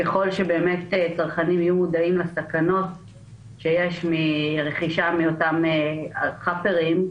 ככל שבאמת צרכנים יהיו מודעים לסכנות שיש מרכישה מאותם "חאפרים",